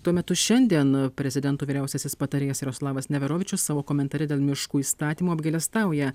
tuo metu šiandien prezidento vyriausiasis patarėjas jaroslavas neverovičius savo komentare dėl miškų įstatymo apgailestauja